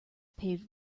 paved